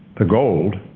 the gold?